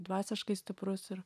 dvasiškai stiprus ir